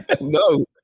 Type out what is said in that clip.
No